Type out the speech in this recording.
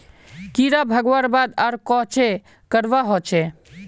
कीड़ा भगवार बाद आर कोहचे करवा होचए?